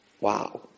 Wow